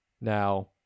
Now